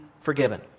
forgiven